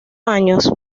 años